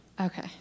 Okay